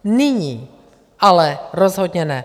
Nyní ale rozhodně ne!